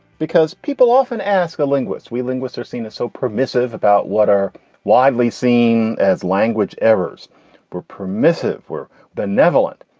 because people often ask a linguist. we linguists are seen as so permissive about what are widely seen as language errors were permissive, were benevolent.